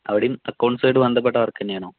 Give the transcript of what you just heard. അവിടേയും അക്കൗണ്ട്സായിട്ടു ബന്ധപ്പെട്ട വർക്ക് തന്നെയാണോ